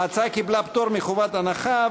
ההצעה קיבלה פטור מחובת הנחה,